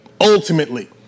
ultimately